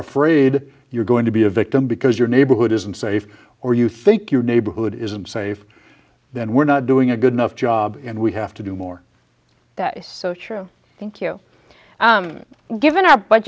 afraid you're going to be a victim because your neighborhood isn't safe or you think your neighborhood isn't safe then we're not doing a good enough job and we have to do more that is so true thank you given our bu